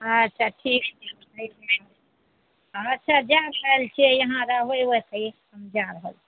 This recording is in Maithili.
अच्छा ठीक छै अच्छा जै रहल छिए अहाँ रहबै ओहिसिहे हम जै रहल छिए